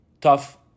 Tough